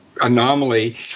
anomaly